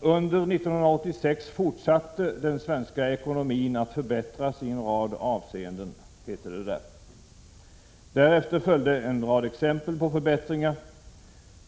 ”Under 1986 fortsatte den svenska ekonomin att förbättras i en rad avseenden”, heter det där. Därefter följde en rad exempel på förbättringar.